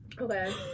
Okay